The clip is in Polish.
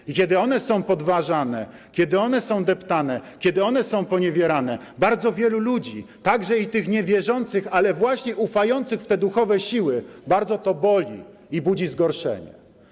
I kiedy one są podważane, kiedy one są deptane, kiedy one są poniewierane, bardzo wielu ludzi, także i tych niewierzących, ale właśnie ufających w te duchowe siły, bardzo to boli i budzi zgorszenie.